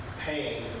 pain